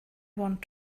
want